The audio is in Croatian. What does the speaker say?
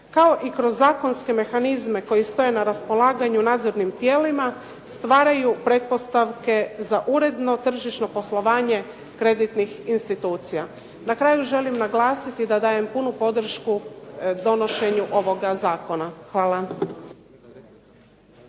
kao i kroz zakonske mehanizme koji stoje na raspolaganju nadzornim tijelima stvaraju pretpostavke za uredno tržišno poslovanje kreditnih institucija. Na kraju želim naglasiti da dajem punu podršku donošenju ovoga zakona. Hvala.